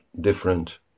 different